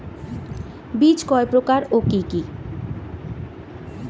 বীজ কয় প্রকার ও কি কি?